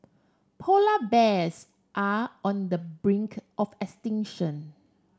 polar bears are on the brink of extinction